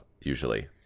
usually